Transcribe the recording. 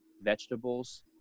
vegetables